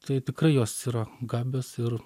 tai tikrai jos yra gabios ir